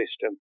system